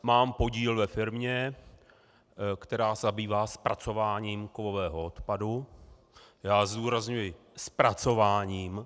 Mám podíl ve firmě, která se zabývá zpracováním kovového odpadu zdůrazňuji zpracováním.